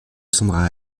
sandra